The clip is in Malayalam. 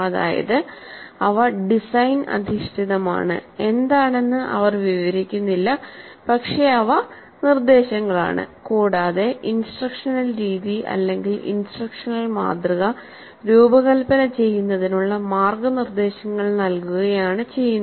അതായത് അവ ഡിസൈൻ അധിഷ്ഠിതമാണ് എന്താണെന്ന് അവർ വിവരിക്കുന്നില്ല പക്ഷേ അവ നിർദ്ദേശങ്ങളാണ് കൂടാതെ ഇൻസ്ട്രക്ഷണൽ രീതി അല്ലെങ്കിൽ ഇൻസ്ട്രക്ഷണൽ മാതൃക രൂപകൽപ്പന ചെയ്യുന്നതിനുള്ള മാർഗ്ഗനിർദ്ദേശങ്ങൾ നൽകുകയാണ് ചെയ്യുന്നത്